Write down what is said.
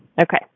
Okay